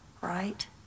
right